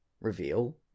reveal